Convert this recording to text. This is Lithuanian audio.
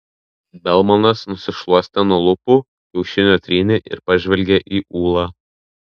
belmanas nusišluostė nuo lūpų kiaušinio trynį ir pažvelgė į ūlą